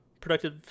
productive